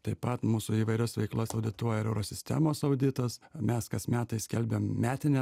taip pat mūsų įvairias veiklas audituoja ir euro sistemos auditas mes kas metai skelbiam metinę